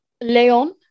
leon